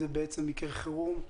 זה בעצם מקרה חירום,